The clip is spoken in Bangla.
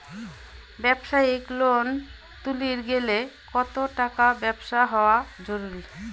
ব্যবসায়িক লোন তুলির গেলে কতো টাকার ব্যবসা হওয়া জরুরি?